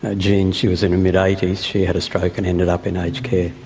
ah jean, she was in her mid eighty s, she had a stroke and ended up in aged care,